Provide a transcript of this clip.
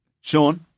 Sean